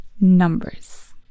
numbers